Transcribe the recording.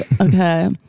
okay